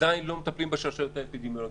עדיין לא מטפלים בשרשרת האפידמיולוגית.